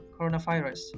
coronavirus